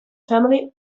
family